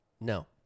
No